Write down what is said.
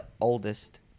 oldest